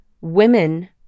women